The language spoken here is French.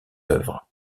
œuvres